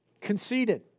conceded